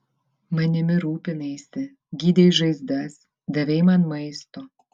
manimi rūpinaisi gydei žaizdas davei man maisto